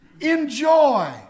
Enjoy